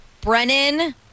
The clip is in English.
Brennan